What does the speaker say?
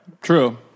true